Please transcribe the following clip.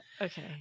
Okay